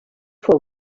for